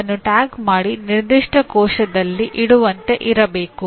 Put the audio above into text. ಇದನ್ನು ಟ್ಯಾಗ್ ಮಾಡಿ ನಿರ್ದಿಷ್ಟ ಕೋಶದಲ್ಲಿ ಇಡುವಂತೆ ಇರಬೇಕು